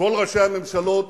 כל ראשי הממשלות